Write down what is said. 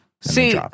See